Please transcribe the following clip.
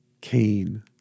Cain